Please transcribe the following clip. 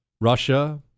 Russia